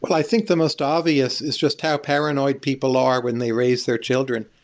but i think the most obvious is just how paranoid people are when they raise their children.